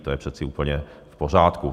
To je přece úplně v pořádku.